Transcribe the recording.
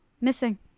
Missing